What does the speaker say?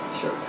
Sure